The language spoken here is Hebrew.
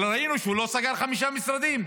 אבל ראינו שהוא לא סגר חמישה משרדים.